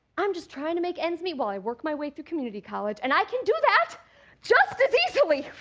i'm just trying to make ends meet while i work my way through community college and i can do that just as easily,